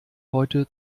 heute